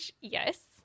Yes